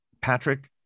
Patrick